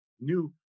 new